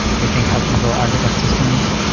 i think, how people architect systems.